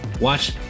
watch